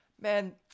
man